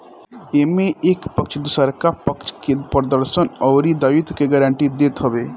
एमे एक पक्ष दुसरका पक्ष के प्रदर्शन अउरी दायित्व के गारंटी देत हवे